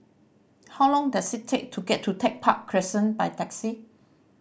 how long does it take to get to Tech Park Crescent by taxi